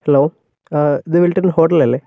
hello ഇത് Wilton hotel അല്ലേ